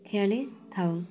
ଖେଳି ଥାଉ